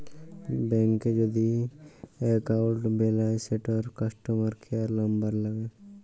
ব্যাংকে যদি এক্কাউল্ট বেলায় সেটর কাস্টমার কেয়ার লামবার ল্যাগে